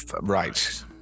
Right